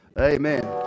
Amen